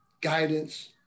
guidance